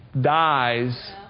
dies